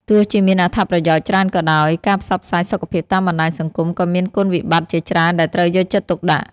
ទោះជាមានអត្ថប្រយោជន៍ច្រើនក៏ដោយ ការផ្សព្វផ្សាយសុខភាពតាមបណ្តាញសង្គមក៏មានគុណវិបត្តិជាច្រើនដែលត្រូវយកចិត្តទុកដាក់។